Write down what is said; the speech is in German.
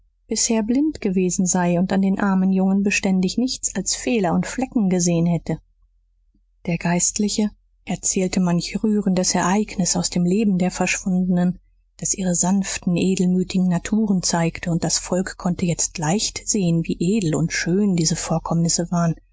bisher blind gewesen sei und an den armen jungen beständig nichts als fehler und flecken gesehen hatte der geistliche erzählte manch rührendes ereignis aus dem leben der verschwundenen das ihre sanften edelmütigen naturen zeigte und das volk konnte jetzt leicht sehen wie edel und schön diese vorkommnisse waren